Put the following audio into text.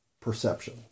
perception